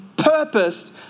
Purpose